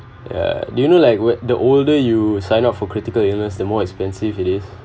yea do you know like when the older you sign up for critical illness the more expensive it is